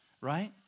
Right